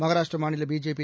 மகாராஷ்டராமாநில BJP